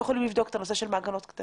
יכולים לבדוק את הנושא של מעגנות קטנות.